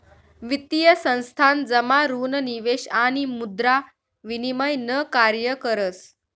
वित्तीय संस्थान जमा ऋण निवेश आणि मुद्रा विनिमय न कार्य करस